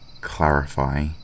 clarify